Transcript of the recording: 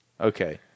Okay